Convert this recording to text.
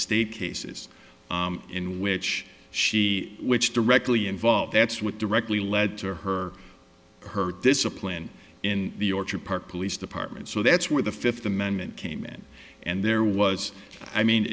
state cases in which she which directly involved that's what directly led to her her discipline in the orchard park police department so that's where the fifth amendment came in and there was i mean